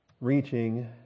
reaching